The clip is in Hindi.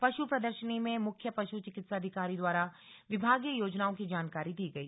पशु प्रदर्शनी में मुख्य पशु चिकित्साधिकारी द्वारा विभागीय योजनाओं की जानकारी दी गई